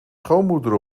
schoonmoeder